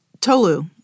Tolu